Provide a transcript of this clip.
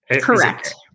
Correct